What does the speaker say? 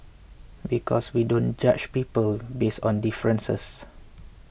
because we don't judge people based on differences